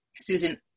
Susan